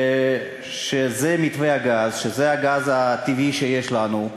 שזה מתווה הגז, שזה הגז הטבעי שיש לנו,